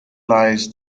lies